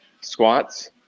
squats